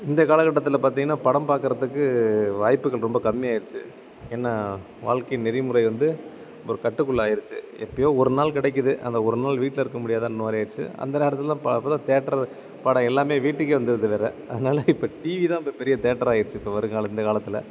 இந்த காலகட்டத்தில் பார்த்திங்கனா படம் பாக்கிறதுக்கு வாய்ப்புகள் ரொம்ப கம்மியாகிருச்சு என்ன வாழ்க்கையின் நெறிமுறை வந்து ஒரு கட்டுக்குள்ளே ஆயிடுச்சு எப்பயோ ஒரு நாள் கிடைக்கிது அந்த ஒரு நாள் வீட்டில் இருக்க முடியாதான்ற மாதிரி ஆயிடுச்சு அந்த நேரத்தில் தான் பிரபல தேட்டர் படம் எல்லாம் வீட்டுக்கே வந்துடுது வேறு அதனால் இப்போ டிவி தான் இப்போ பெரிய தேட்டராயிடுச்சி இப்போ வருங்காலத்தில் இந்த காலத்தில்